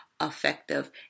effective